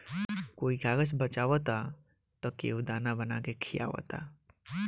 कोई कागज बचावता त केहू दाना बना के खिआवता